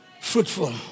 Fruitful